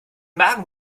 magen